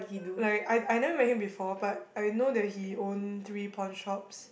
like I I never met him before but I know that he own three pawnshop